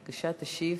תשיב,